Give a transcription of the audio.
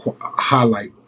highlight